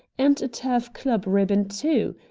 and a turf club ribbon, too.